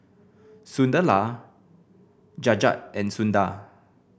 Sunderlal Jagat and Sundar